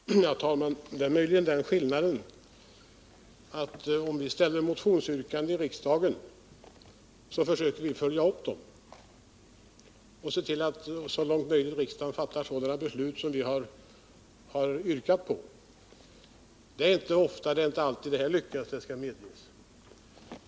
Herr talman! Det är möjligen en skillnad, nämligen att om vi framställer motionsyrkanden i riksdagen försöker vi följa upp dem och se till att, så långt möjligt, riksdagen fattar sådana beslut som vi har yrkat på. Det är inte alltid, inte ens ofta, som detta lyckas, det skall medges.